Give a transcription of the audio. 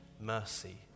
mercy